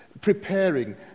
preparing